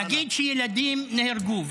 אמרתי: נגיד שילדים נהרגו,